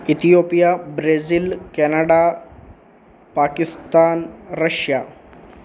Ethiopia Brazil Canada Pakistan Russia